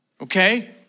Okay